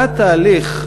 מה התהליך,